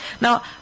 Now